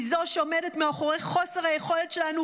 היא זו שעומדת מאחורי חוסר היכולת שלנו